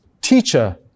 Teacher